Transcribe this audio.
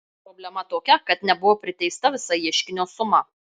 problema tokia kad nebuvo priteista visa ieškinio suma